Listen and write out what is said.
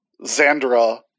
Xandra